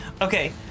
Okay